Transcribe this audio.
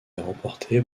remportée